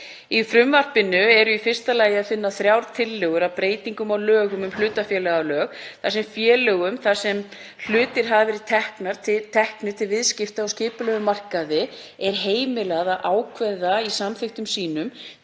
Í frumvarpinu er í fyrsta lagi að finna þrjár tillögur að breytingum á lögum um hlutafélög þar sem félögum þar sem hlutir hafa verið teknir til viðskipta á skipulegum markaði er heimilað að ákveða í samþykktum sínum